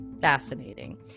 fascinating